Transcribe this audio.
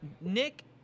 Nick